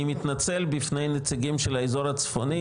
אני מתנצל בפני נציגים של האזור הצפוני,